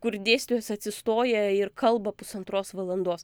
kur dėstytojas atsistoja ir kalba pusantros valandos